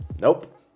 Nope